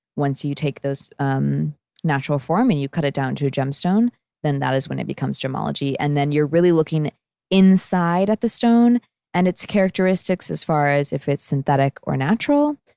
once you take those um natural form and you cut it down to gemstone then that is when it becomes gemology, and then you're really looking inside at the stone and its characteristics as far as if it's synthetic or natural,